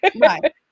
Right